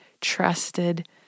trusted